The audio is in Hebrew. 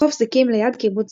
חוף זיקים ליד קיבוץ זיקים,